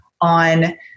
on